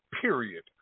period